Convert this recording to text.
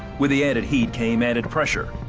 with the added heat came added pressure.